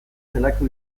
zelako